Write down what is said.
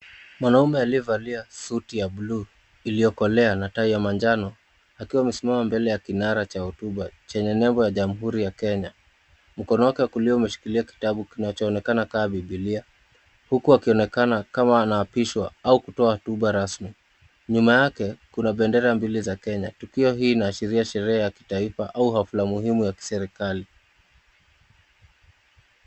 Mwanamume aliyevalia suti ya blue iliyokolea na tai ya manjano, akiwa amesimama mbele ya kinara cha hotuba chenye nembo ya Jamhuri ya Kenya. Mkono wake wa kulia umeshikilia kitabu kinachoonekana kama Biblia, huku akionekana kama anaapishwa au kutoa hotuba rasmi. Nyuma yake kuna bendera mbili za Kenya. Tukio hili linaashiria sherehe ya kitaifa au hafla muhimu ya kiserikali.